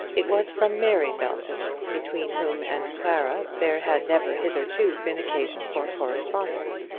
it was from mary belton, between whom and clara there had never hitherto been occasion for correspondence.